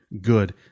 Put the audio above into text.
good